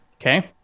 Okay